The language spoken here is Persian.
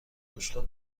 بشقاب